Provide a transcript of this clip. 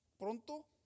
Pronto